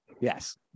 Yes